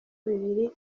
bibiri